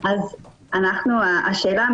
אז היא תחפש דברים אחרים לנגח בהם אותי.